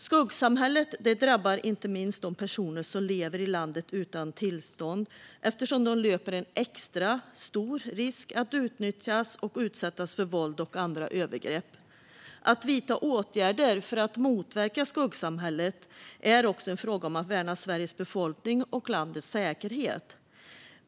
Skuggsamhället drabbar inte minst de personer som lever i landet utan tillstånd eftersom de löper en extra stor risk att utnyttjas och utsättas för våld och andra övergrepp. Att vidta åtgärder för att motverka skuggsamhället är också en fråga om att värna Sveriges befolkning och landets säkerhet.